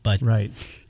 Right